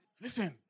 Listen